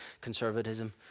Conservatism